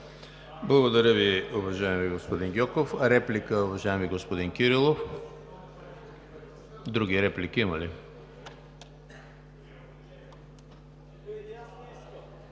Благодаря Ви, уважаеми господин Гьоков. Реплика, уважаеми господин Кирилов? Други реплики има ли?